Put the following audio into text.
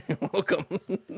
welcome